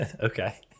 Okay